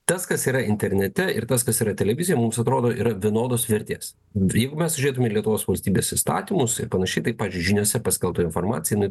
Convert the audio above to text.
tas kas yra internete ir tas kas yra televizijoj mums atrodo yra vienodos vertės jeigu mes žiūrėtume į lietuvos valstybės įstatymus ir panašiai taip pavyzdžiui žiniose paskelbta informacija jinai